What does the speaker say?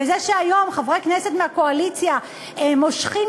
וזה שהיום חברי כנסת מהקואליציה מושכים